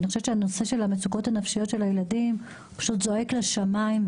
ואני חושבת שהנושא של המצוקות הנפשיות של הילדים פשוט זועק לשמיים,